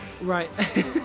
Right